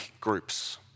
groups